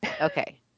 Okay